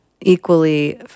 equally